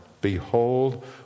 Behold